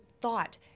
thought